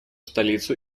столицу